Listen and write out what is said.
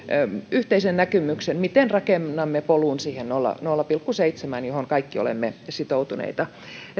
yhteisen näkemyksen miten rakennamme polun siihen nolla nolla pilkku seitsemään johon kaikki olemme sitoutuneita